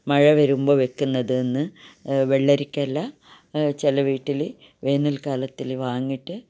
മഴ വരുമ്പോൾ വെക്കുന്നതെന്ന് വെള്ളരിക്കയല്ല ചില വീട്ടില് വേനൽകാലത്തില് വാങ്ങിയിട്ട്